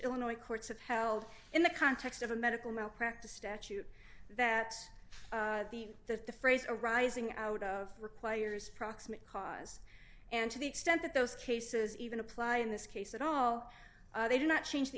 illinois courts upheld in the context of a medical malpractise statute that the that the phrase arising out of requires proximate cause and to the extent that those cases even apply in this case at all they do not change the